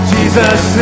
Jesus